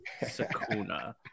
sakuna